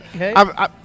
Okay